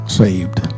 saved